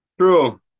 True